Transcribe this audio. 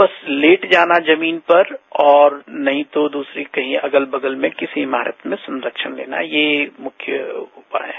बस लेट जाना जमीन पर और नहीं तो दूसरी कहीं अलग बगल में किसी इमारत में संरक्षण लेना ये मुख्य उपाय हैं